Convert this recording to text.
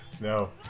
No